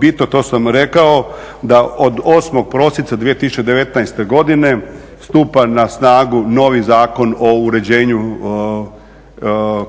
bitno to sam rekao da od 8. prosinca 2019. godine stupa na snagu novi Zakon o uređenju